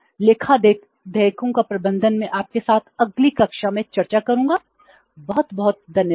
लेखा देयकों का प्रबंधन मैं आपके साथ अगली कक्षा में चर्चा करूंगा बहुत बहुत धन्यवाद